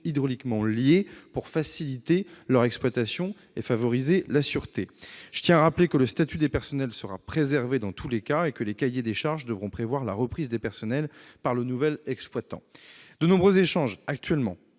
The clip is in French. hydrauliques liées, pour faciliter leur exploitation et favoriser la sûreté. Le statut des personnels sera préservé dans tous les cas et les cahiers des charges devront prévoir la reprise des personnels par le nouvel exploitant. Actuellement,